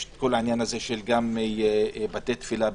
יש כל העניין של בתי תפילה,